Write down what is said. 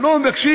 אנחנו לא מבקשים,